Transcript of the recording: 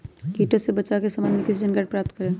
किटो से बचाव के सम्वन्ध में किसी जानकारी प्राप्त करें?